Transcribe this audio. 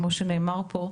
כמו שנאמר פה,